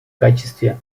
качестве